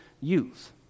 youth